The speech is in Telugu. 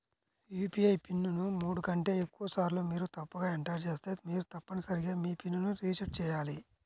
యూ.పీ.ఐ పిన్ ను మూడు కంటే ఎక్కువసార్లు మీరు తప్పుగా ఎంటర్ చేస్తే మీరు తప్పనిసరిగా మీ పిన్ ను రీసెట్ చేయాలి